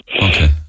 Okay